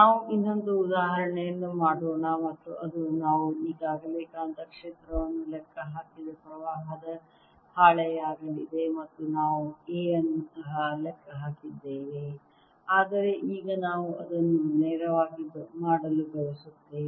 ನಾವು ಇನ್ನೊಂದು ಉದಾಹರಣೆಯನ್ನು ಮಾಡೋಣ ಮತ್ತು ಅದು ನಾವು ಈಗಾಗಲೇ ಕಾಂತಕ್ಷೇತ್ರವನ್ನು ಲೆಕ್ಕ ಹಾಕಿದ ಪ್ರವಾಹದ ಹಾಳೆಯಾಗಲಿದೆ ಮತ್ತು ನಾವು A ಅನ್ನು ಸಹ ಲೆಕ್ಕ ಹಾಕಿದ್ದೇವೆ ಆದರೆ ಈಗ ನಾವು ಅದನ್ನು ನೇರವಾಗಿ ಮಾಡಲು ಬಯಸುತ್ತೇವೆ